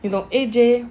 you know A_J